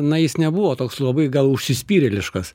na jis nebuvo toks labai gal užsispyrėliškas